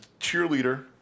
cheerleader